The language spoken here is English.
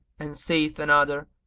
and saith another,